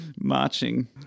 marching